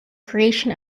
creation